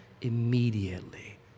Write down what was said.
immediately